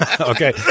okay